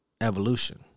evolution